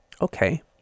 Okay